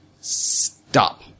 stop